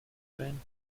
jane